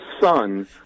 son